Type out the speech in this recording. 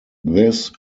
this